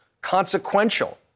consequential